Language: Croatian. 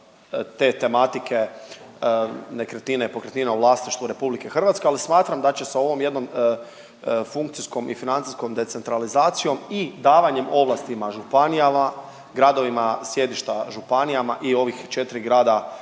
te tematike nekretnina i pokretnina u vlasništvu Republike Hrvatske, ali smatram da će sa ovom jednom funkcijskom i financijskom decentralizacijom i davanjem ovlastima županijama, gradovima sjedišta županijama i ovih 4 grada